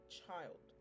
child